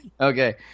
Okay